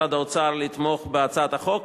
לתמוך בהצעת החוק.